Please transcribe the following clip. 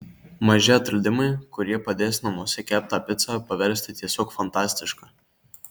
maži atradimai kurie padės namuose keptą picą paversti tiesiog fantastiška